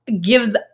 gives